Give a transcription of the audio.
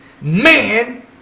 man